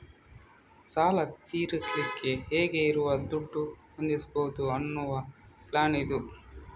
ಸಾಲ ತೀರಿಸಲಿಕ್ಕೆ ಹೇಗೆ ಇರುವ ದುಡ್ಡು ಹೊಂದಿಸ್ಬಹುದು ಅನ್ನುವ ಪ್ಲಾನ್ ಇದು